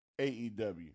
AEW